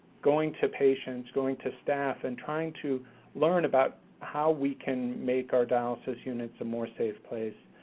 going to patients, going to staff, and trying to learn about how we can make our dialysis units a more safe place,